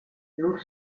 lur